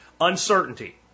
uncertainty